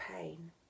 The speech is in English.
pain